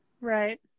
Right